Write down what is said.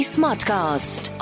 Smartcast